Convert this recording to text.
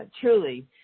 truly